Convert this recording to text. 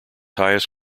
highest